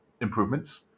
improvements